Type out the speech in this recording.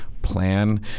Plan